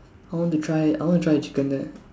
I want to try I want to try the chicken there